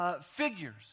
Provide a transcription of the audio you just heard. figures